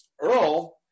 earl